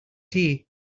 tea